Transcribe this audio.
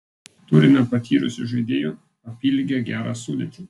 turime patyrusių žaidėjų apylygę gerą sudėtį